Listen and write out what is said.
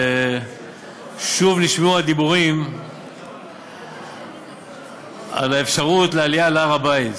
שוב נשמעו דיבורים על אפשרות העלייה להר-הבית.